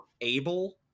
able